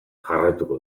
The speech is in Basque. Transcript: jarraituko